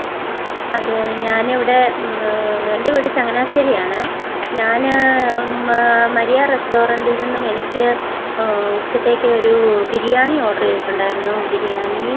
അത് ഞാനിവിടെ എൻ്റെ വീട് ചങ്ങനാശ്ശേരിയാണ് ഞാൻ മരിയ റെസ്റ്റോറൻറ്റിൽ നിന്നും എനിക്ക് ഉച്ചത്തേക്ക് ഒരു ബിരിയാണി ഓഡർ ചെയ്തിട്ടുണ്ടായിരുന്നു ബിരിയാണി